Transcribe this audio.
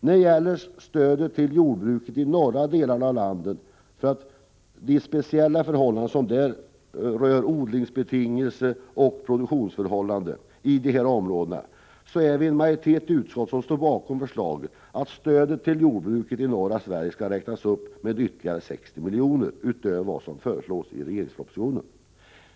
När det gäller stödet till jordbruket i de norra delarna av Sverige är vi en majoritet i utskottet som, med hänsyn till de speciella förhållanden där som rör odlingsbetingelserna och produktionen, står bakom förslaget att detta stöd skall räknas upp med 60 milj.kr. utöver vad som föreslås i regeringens proposition.